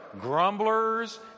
grumblers